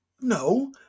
No